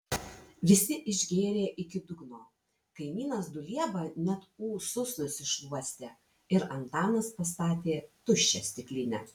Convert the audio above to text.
visi išgėrė iki dugno kaimynas dulieba net ūsus nusišluostė ir antanas pastatė tuščią stiklinę